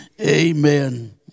Amen